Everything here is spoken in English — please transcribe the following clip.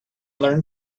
learn